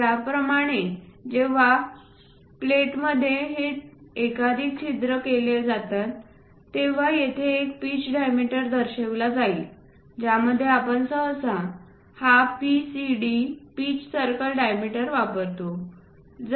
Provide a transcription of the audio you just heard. त्याचप्रमाणे जेव्हा प्लेटमध्ये हे एकाधिक छिद्र केले जातात तेव्हा तेथे एक पीच डामीटर दर्शविला जाईल ज्यामध्ये आपण सहसा हा PCD पीच सर्कल डामीटर वापरतो